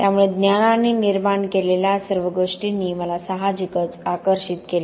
त्यामुळे ज्ञानाने निर्माण केलेल्या सर्व गोष्टींनी मला साहजिकच आकर्षित केले